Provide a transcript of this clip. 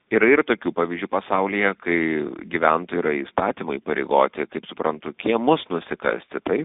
yra ir tokių pavyzdžių pasaulyje kai gyventojai yra įstatymu įpareigoti kaip suprantu kiemus nusikasti taip